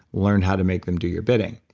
learn how to make them do your bidding.